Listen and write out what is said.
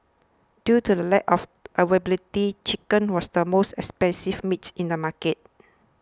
due to the lack of availability chicken was the most expensive meat in the market